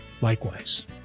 likewise